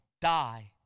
die